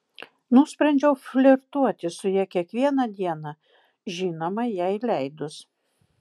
nusprendžiau flirtuoti su ja kiekvieną dieną žinoma jai leidus